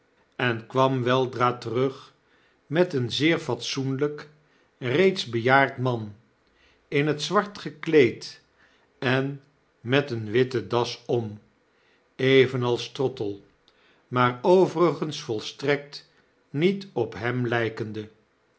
en kwam weldra terug met een zeer fatsoenlgk reeds bejaard man in t zwart gekleed en met eene witte das om evenals trottle maar overigens volstrekt niet op hemlpende